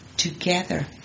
Together